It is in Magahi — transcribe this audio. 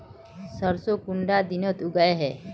सरसों कुंडा दिनोत उगैहे?